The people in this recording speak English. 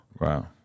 Wow